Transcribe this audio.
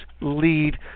lead